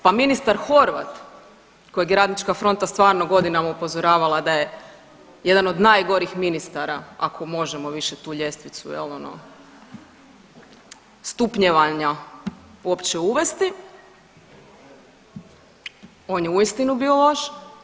Pa ministar Horvat kojeg je Radnička fronta stvarno godinama upozoravala da je jedan od najgorih ministara, ako možemo više tu ljestvicu, je l' ono, stupnjevanja uopće uvesti, on je uistinu bio loš.